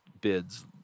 bids